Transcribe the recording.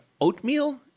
oatmeal